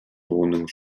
wohnung